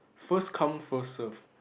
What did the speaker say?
first come first serve